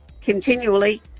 continually